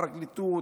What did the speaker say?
הפרקליטות,